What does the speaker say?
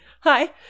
hi